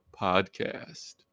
Podcast